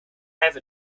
have